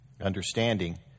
understanding